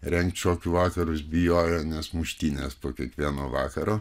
rengti šokių vakarus bijojo nes muštynės po kiekvieno vakaro